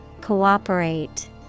Cooperate